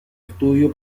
estudio